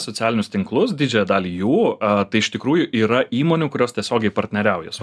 socialinius tinklus didžiąją dalį jų a tai iš tikrųjų yra įmonių kurios tiesiogiai partneriauja su